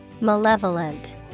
Malevolent